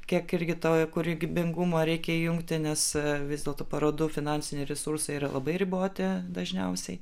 kiek irgi to kūrybingumo reikia įjungti nes vis dėlto parodų finansiniai resursai yra labai riboti dažniausiai